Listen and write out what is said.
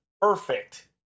perfect